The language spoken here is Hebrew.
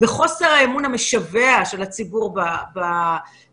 וחוסר האמון המשווע של הציבור במנהיגיו.